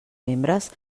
membres